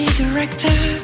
director